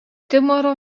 futbolo